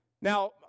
Now